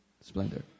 splendor